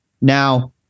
Now